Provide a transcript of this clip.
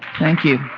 thank you.